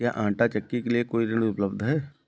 क्या आंटा चक्की के लिए कोई ऋण उपलब्ध है?